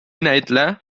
näitleja